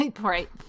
Right